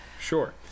Sure